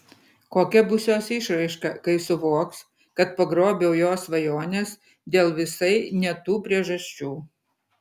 kokia bus jos išraiška kai suvoks kad pagrobiau jos svajones dėl visai ne tų priežasčių